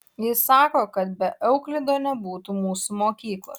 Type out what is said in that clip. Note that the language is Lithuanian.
jis sako kad be euklido nebūtų mūsų mokyklos